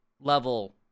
level